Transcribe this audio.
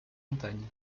montagne